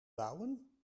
bouwen